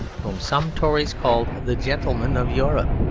whom some tories called the gentleman of europe.